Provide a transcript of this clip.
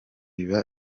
biba